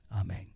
Amen